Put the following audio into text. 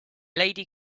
lady